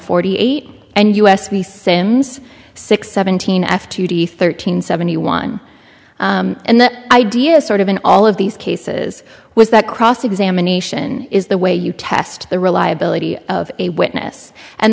forty eight and us the sims six seventeen f two d thirteen seventy one and the idea sort of in all of these cases was that cross examination is the way you test the reliability of a witness and